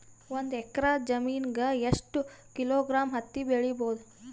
ಒಂದ್ ಎಕ್ಕರ ಜಮೀನಗ ಎಷ್ಟು ಕಿಲೋಗ್ರಾಂ ಹತ್ತಿ ಬೆಳಿ ಬಹುದು?